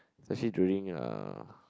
actually during uh